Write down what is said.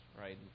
right